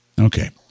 okay